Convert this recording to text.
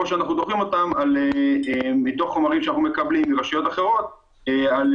או שאנחנו דוחים אותם מתוך חומרים שאנחנו מקבלים מרשויות אחרות --- או